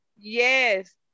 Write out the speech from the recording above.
Yes